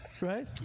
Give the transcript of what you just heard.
Right